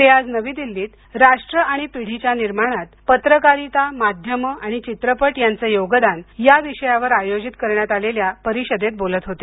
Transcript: ते आज नवी दिल्लीत राष्ट्र आणि पिढी च्या निर्माणात पत्रकारिता माध्यमं चित्रपट यांचं योगदान या विषयावर आयोजित करण्यात आलेल्या परिषदेत बोलत होते